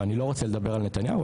ואני לא רוצה לדבר על נתניהו,